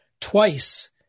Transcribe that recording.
twice